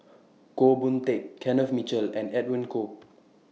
Goh Boon Teck Kenneth Mitchell and Edwin Koek